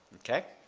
okay?